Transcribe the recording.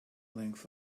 length